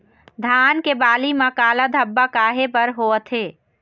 धान के बाली म काला धब्बा काहे बर होवथे?